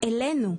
אלינו.